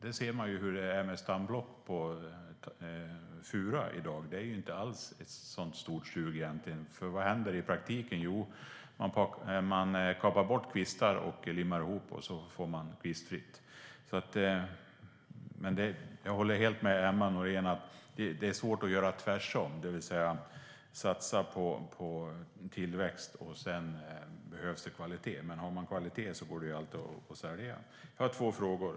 Man ser hur det är med stamblock på fura i dag. Det är inte alls så starkt sug efter det. Vad händer i praktiken? Jo, man kapar bort kvistar, limmar ihop, och så får man kvistfritt. Jag håller helt med Emma Nohrén om att det är svårt att göra tvärtom, det vill säga att satsa på tillväxt, och sedan behövs det kvalitet. Men har man kvalitet går det alltid att sälja. Jag har två frågor.